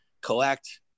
collect